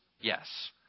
Yes